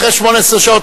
אחרי 18 שעות,